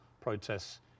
protests